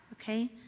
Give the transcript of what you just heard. Okay